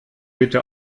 bitte